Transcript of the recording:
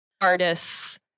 artists